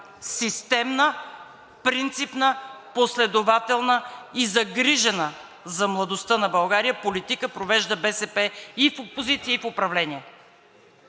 Системна, принципна, последователна и загрижена за младостта на България политика провежда БСП и в опозиция, и в управление.